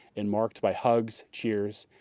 and marked by hugs, cheers,